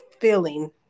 feeling